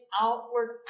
outward